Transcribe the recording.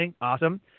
awesome